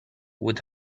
would